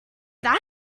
that